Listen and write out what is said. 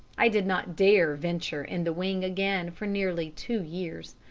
i did not dare venture in the wing again for nearly two years.